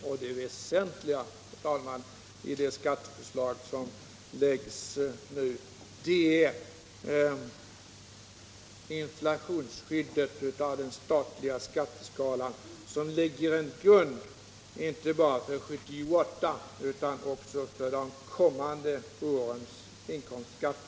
Och det väsentliga, herr talman, i det skatteförslag som läggs nu är inflationsskyddet av den statliga skatteskalan, som lägger en grund inte bara för 1978 utan också för de kommande årens inkomstskatter.